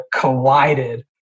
collided